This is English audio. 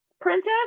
Princess